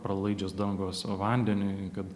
pralaidžios dangos o vandeniui kad